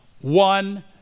one